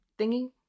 thingy